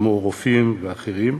כמו רופאים ואחרים,